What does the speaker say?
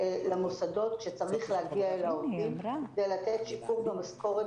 למוסדות כשצריך להגיע אל העובדים כדי לתת שיפור במשכורת